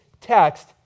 text